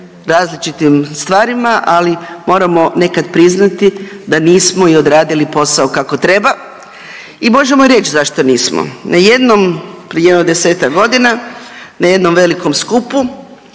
različitim stvarima, ali moramo nekad priznati da nismo i odradili posao kako treba. I možemo i reći zašto nismo. Na jednom, prije jedno desetak godina na jednom velikom skupu,